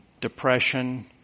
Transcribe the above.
depression